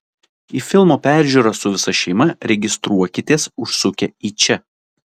į filmo peržiūrą su visa šeima registruokitės užsukę į čia